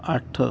ਅੱਠ